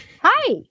Hi